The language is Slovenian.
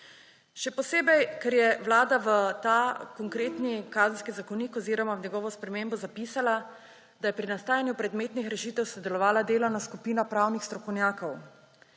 Še posebej, ker je Vlada v ta konkretni Kazenski zakonik oziroma v njegovo spremembo zapisala, da je pri nastajanju predmetnih rešitev sodelovala delovna skupina pravnih strokovnjakov.